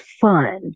fun